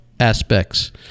aspects